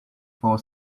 for